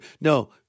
No